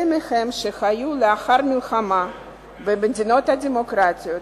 אלה מהם שחיו לאחר המלחמה במדינות דמוקרטיות,